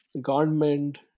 government